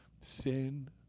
sin